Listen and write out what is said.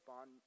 on